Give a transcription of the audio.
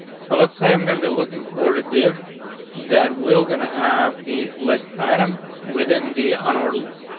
so let's say i'm gonna be looking forward to div that we're gonna have the list item within the a nordle ist.